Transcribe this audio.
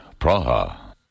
Praha